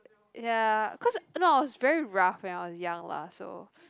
ya cause no I was very rough when I was young lah so